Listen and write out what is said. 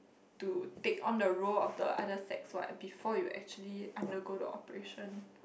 to take on the role of the other sex what before you actually undergo the operation